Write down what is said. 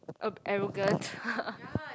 uh arrogant